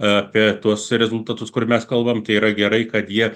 apie tuos rezultatus kur mes kalbam tai yra gerai kad jie